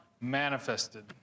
manifested